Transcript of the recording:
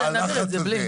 כל הלחץ הזה,